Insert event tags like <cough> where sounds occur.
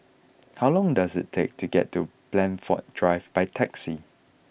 <noise> how long does it take to get to Blandford Drive by taxi